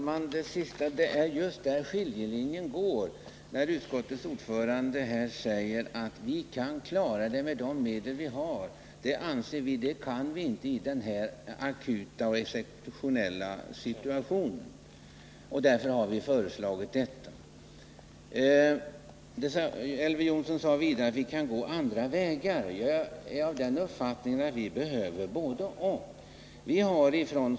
Herr talman! Det är just där skiljelinjen går. Utskottets ordförande säger att man kan klara det med de medel man har. Det anser däremot inte vi reservanter, och därför har vi lagt vårt förslag. Elver Jonsson sade vidare att man kan gå andra vägar. Jag är av den uppfattningen att vi behöver både-och.